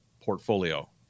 portfolio